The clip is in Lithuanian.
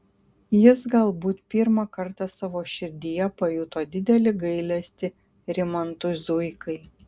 jis galbūt pirmą kartą savo širdyje pajuto didelį gailestį rimantui zuikai